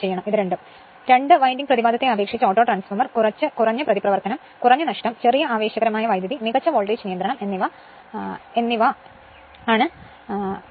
അതിനാൽ ഈ സാഹചര്യത്തിൽ രണ്ട് വിൻഡിംഗ്ക പ്രതിപാദത്തെ അപേക്ഷിച്ച് ഓട്ടോട്രാൻസ്ഫോർമർ കുറച്ച് കുറഞ്ഞ പ്രതിപ്രവർത്തനം കുറഞ്ഞ നഷ്ടം ചെറിയ ആവേശകരമായ കറന്റ് മികച്ച വോൾട്ടേജ് നിയന്ത്രണം എന്നിവ വിളിക്കുന്നു